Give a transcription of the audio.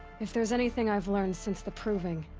if there's anything i've learned since the proving.